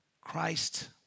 Christ